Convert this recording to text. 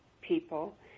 people